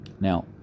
Now